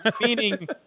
Meaning